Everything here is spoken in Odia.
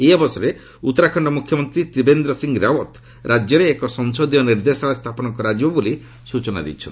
ଏହି ଅବସରରେ ଉତ୍ତରାଖଣ୍ଡ ମୁଖ୍ୟମନ୍ତ୍ରୀ ତ୍ରିବେନ୍ଦ୍ର ସିଂ ରାଓ୍ୱତ ରାଜ୍ୟରେ ଏକ ସଂସଦୀୟ ନିର୍ଦ୍ଦେଶାଳୟ ସ୍ଥାପନ କରାଯିବ ବୋଲି ସୂଚନା ଦେଇଛନ୍ତି